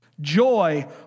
Joy